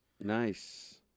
Nice